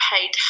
paid